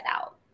out